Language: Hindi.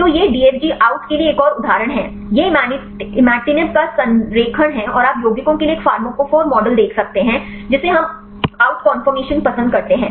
तो ये DFG आउट के लिए एक और उदाहरण है यह imatinib का संरेखण है और आप यौगिकों के लिए एक फार्माकोफोर मॉडल देख सकते हैं जिसे हम आउट कंफॉर्मेशन पसंद करते हैं